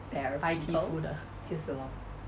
白皮肤的